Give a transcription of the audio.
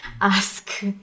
ask